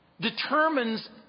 determines